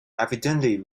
evidently